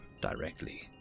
directly